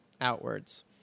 outwards